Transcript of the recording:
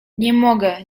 mogę